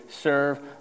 Serve